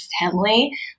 family